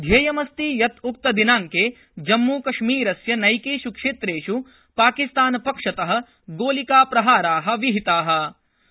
ध्येयमस्ति यत् उक्तदिनांके जम्मू कश्मीरस्य नैकेष् क्षेत्रेष् पाकिस्तानपक्षत गोलिकाप्रहारा विहिता आसन्